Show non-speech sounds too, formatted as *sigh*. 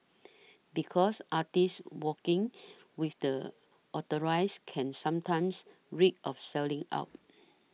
because artists working *noise* with the authorize can sometimes reek of selling out